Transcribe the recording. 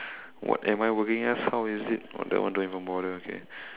what I am working as how is it that one don't even bother okay